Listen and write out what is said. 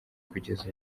kugeza